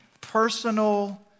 Personal